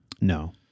No